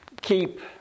keep